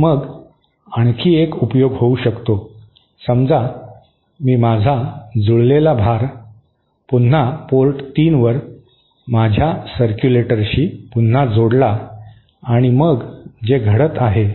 मग आणखी एक उपयोग होऊ शकतो समजा मी माझा जुळलेला भार पुन्हा पोर्ट 3 वर माझ्या सर्कयूलेटरशी पुन्हा जोडला आणि मग जे घडत आहे